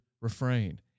refrain